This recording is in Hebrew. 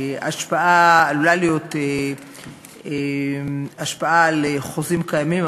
עלולה להיות השפעה על חוזים קיימים,